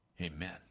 Amen